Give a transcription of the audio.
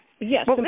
Yes